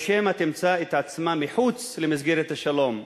או שמא תמצא את עצמה מחוץ למסגרת השלום,